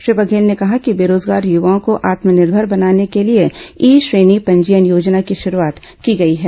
श्री बघेल ने कहा कि बेरोजगार युवाओं को आत्मनिर्भर बनाने के लिए ई श्रेणी पंजीयन योजना की शरूआत की गई है